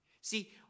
See